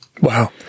Wow